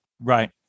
Right